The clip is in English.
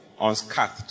Unscathed